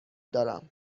دارم